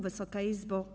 Wysoka Izbo!